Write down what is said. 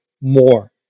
more